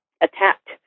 attacked